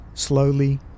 Slowly